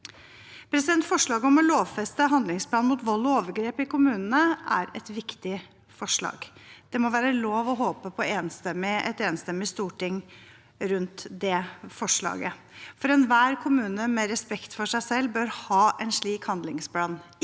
Forslaget om å lovfeste handlingsplan mot vold og overgrep i kommunene er et viktig forslag. Det må være lov å håpe på et enstemmig storting rundt det forslaget, for enhver kommune med respekt for seg selv bør ha en slik handlingsplan